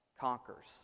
conquers